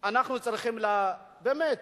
אנחנו צריכים, באמת,